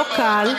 לא קל.